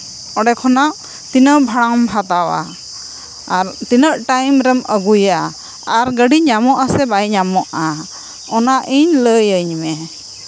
ᱱᱚᱸᱰᱮ ᱠᱷᱚᱱᱟᱜ ᱛᱤᱱᱟᱹᱜ ᱵᱷᱟᱲᱟᱢ ᱦᱟᱛᱟᱣᱟ ᱟᱨ ᱛᱤᱱᱟᱹᱜ ᱴᱟᱭᱤᱢ ᱨᱮᱢ ᱟᱹᱜᱩᱭᱟ ᱟᱨ ᱜᱟᱹᱰᱤ ᱧᱟᱢᱚᱜᱼᱟᱥᱮ ᱵᱟᱭ ᱧᱟᱢᱚᱜᱼᱟ ᱚᱱᱟ ᱤᱧ ᱞᱟᱹᱭᱟᱹᱧ ᱢᱮ